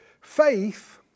Faith